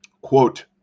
Quote